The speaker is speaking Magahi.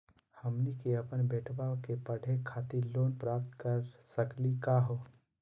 हमनी के अपन बेटवा क पढावे खातिर लोन प्राप्त कर सकली का हो?